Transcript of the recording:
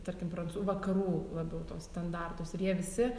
tarkim prancū vakarų labiau tuos standartus ir jie visi